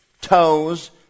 toes